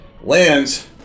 lands